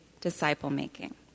disciple-making